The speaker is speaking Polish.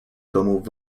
domów